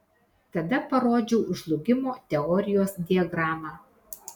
tada parodžiau žlugimo teorijos diagramą